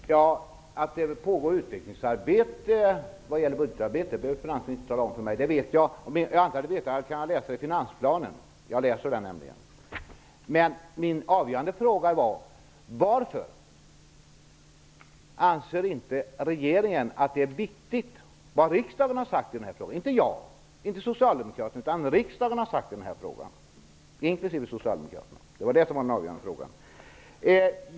Fru talman! Att det pågår utvecklingsarbete vad gäller budgetarbetet behöver finansministern inte tala om för mig, för det vet jag. Det kan jag läsa i finansplanen -- jag läser den nämligen. Men min avgörande fråga var: Varför anser inte regeringen att det är viktigt vad riksdagen inklusive Socialdemokraterna, inte jag eller Socialdemokraterna, har sagt i denna fråga.